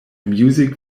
music